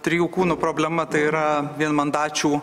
trijų kūnų problema tai yra vienmandačių